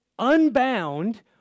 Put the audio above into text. unbound